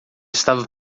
estava